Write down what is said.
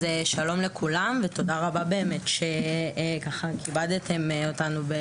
שלום לכולם ותודה רבה שכיבדתם אותנו.